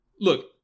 look